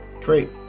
Great